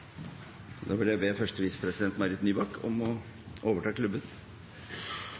Da vil jeg be første visepresident, Marit Nybakk, om å overta klubben.